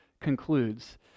concludes